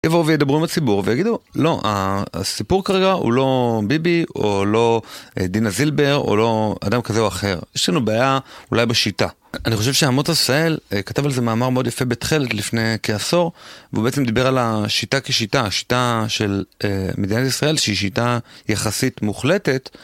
יבואו וידברו עם הציבור ויגידו, לא, הסיפור כרגע הוא לא ביבי או לא דינה זילבר או לא אדם כזה או אחר, יש לנו בעיה אולי בשיטה. אני חושב שעמות עשהאל כתב על זה מאמר מאוד יפה בתכלת לפני כעשור, והוא בעצם דיבר על השיטה כשיטה, השיטה של מדינת ישראל שהיא שיטה יחסית מוחלטת.